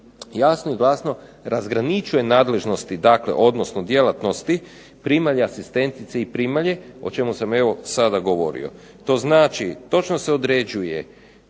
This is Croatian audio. jasno i glasno razgraničuje nadležnosti odnosno djelatnosti primalje asistentice i primalje, o čemu sam evo sada govorio. To znači točno se određuje